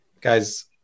Guys